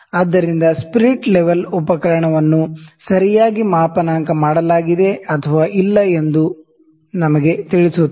ಆದ್ದರಿಂದ spirit level ಉಪಕರಣವನ್ನು ಸರಿಯಾಗಿ ಮಾಪನಾಂಕ ಮಾಡಲಾಗಿದೆಯೇ ಅಥವಾ ಇಲ್ಲ ಎಂದು ಇದು ನಮಗೆ ತಿಳಿಸುತ್ತದೆ